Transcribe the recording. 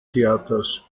theaters